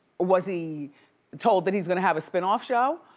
was he told that he's gonna have a spinoff show?